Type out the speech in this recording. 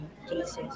cases